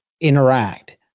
interact